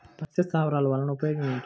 పక్షి స్థావరాలు వలన ఉపయోగం ఏమిటి?